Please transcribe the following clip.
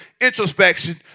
introspection